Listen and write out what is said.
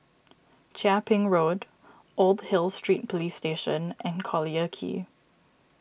Chia Ping Road Old Hill Street Police Station and Collyer Quay